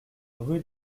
rue